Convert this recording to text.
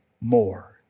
more